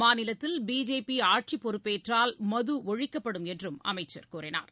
மாநிலத்தில் பிஜேபிஆட்சிப்பொறுப்பேற்றால் மது ஒழிக்கப்படும் என்றும் அமைச்சர் கூறினார்